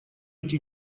эти